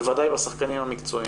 בוודאי בשחקנים המקצועיים.